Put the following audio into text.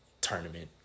tournament